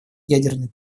ядерной